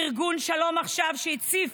ארגון שלום עכשיו, אשר הציף